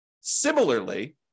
Similarly